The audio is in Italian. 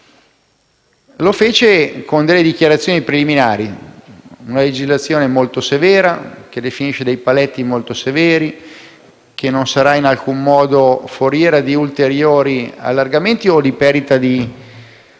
lo fece con delle dichiarazioni preliminari: una legislazione molto severa che definisse dei paletti molto severi e che non avrebbe dovuto in alcun modo essere foriera di ulteriori allargamenti o di perdita di